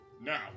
Now